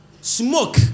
smoke